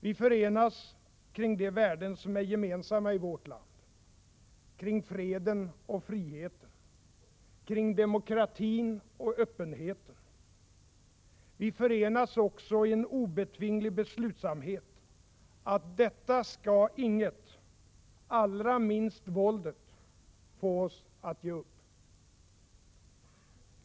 Vi förenas kring de värden som är gemensamma i vårt land — kring freden och friheten, kring demokratin och öppenheten. Vi förenas också i en obetvinglig beslutsamhet att detta skall inger — allra minst våldet — få oss att ge upp.